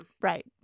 Right